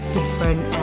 different